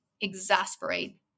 exasperate